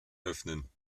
öffnen